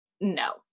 no